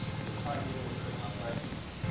the client didn't and respect my prices.